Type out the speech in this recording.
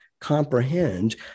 comprehend